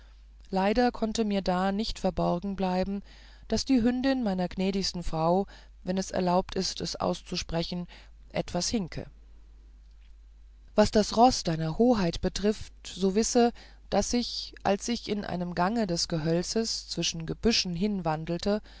leider konnte mir da nicht verborgen bleiben daß die hündin meiner gnädigsten frau wenn es erlaubt ist es auszusprechen etwas hinke was das roß deiner hoheit betrifft so wisse daß ich als ich in einem gange des gehölzes zwischen gebüschen hinwandelte